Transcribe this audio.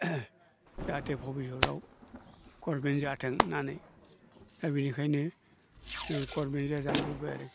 जाहाथे भबिहरआव गभर्नमेन्ट जाथों होननानै दा बिनिखायनो जों गभर्नमेन्ट जाजानो लुगैबाय आरो